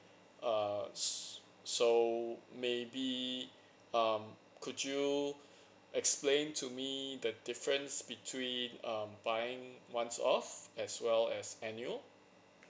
err s~ so maybe um could you explain to me the difference between um buying one off as well as annual